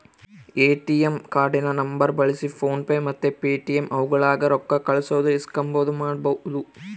ATM ಕಾರ್ಡಿನ ನಂಬರ್ನ ಬಳ್ಸಿ ಫೋನ್ ಪೇ ಮತ್ತೆ ಪೇಟಿಎಮ್ ಆಪ್ಗುಳಾಗ ರೊಕ್ಕ ಕಳ್ಸೋದು ಇಸ್ಕಂಬದು ಮಾಡ್ಬಹುದು